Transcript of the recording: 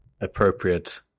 appropriate